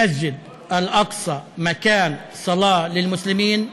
מסגד אל-אקצא הוא מקום תפילה למוסלמים.